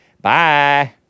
Bye